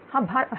हा भार आहे